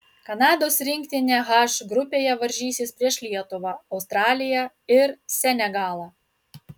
kanados rinktinė h grupėje varžysis prieš lietuvą australiją ir senegalą